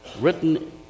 written